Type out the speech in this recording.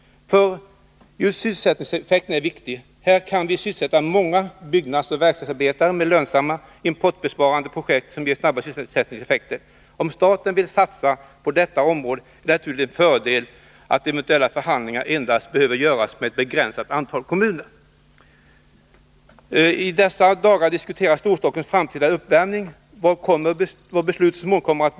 För just sysselsättningseffekten är viktig. Här kan vi sysselsätta många byggnadsoch verkstadsarbetare med lönsamma och importbesparande projekt som ger snabba sysselsättningseffekter. Om staten vill satsa på detta område är det naturligtvis en fördel att eventuella förhandlingar endast behöver föras med ett begränsat antal kommuner. I dessa dagar diskuteras Stor-Stockholms framtida uppvärmning. Vad kommer beslutet så småningom att bli?